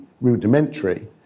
rudimentary